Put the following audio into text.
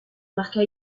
marqua